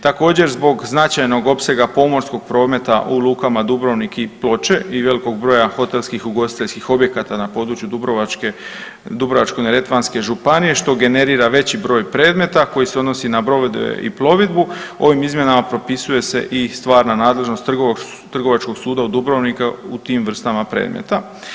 Također zbog značajnog opsega pomorskog prometa u lukama Dubrovnik i Ploče i velikog broja hotelskih ugostiteljskih objekata na području Dubrovačko-neretvanske županije što generira veći broj predmeta koji se odnosi na brodove i plovidbu ovim izmjenama propisuje se i stvarna nadležnost Trgovačkog suda u Dubrovniku u tim vrstama predmeta.